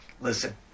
listen